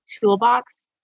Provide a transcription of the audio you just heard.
toolbox